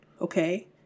Okay